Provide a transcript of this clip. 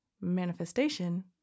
Manifestation